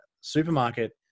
supermarket